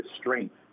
strength